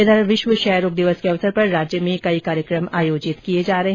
इधर विश्व क्षय रोग दिवस के अवसर पर राज्य में कई कार्यकम आयोजित किए जा रहे हैं